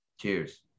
Cheers